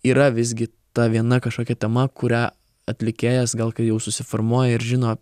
yra visgi ta viena kažkokia tema kurią atlikėjas gal kai jau susiformuoja ir žino